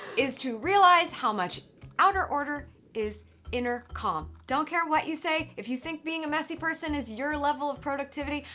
is to realize how much outer outer order is inner calm. don't care what you say, if you think being a messy person is your level of productivity,